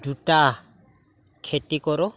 দুটা খেতি কৰোঁ